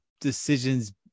decisions